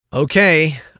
Okay